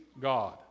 God